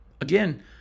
again